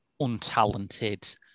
untalented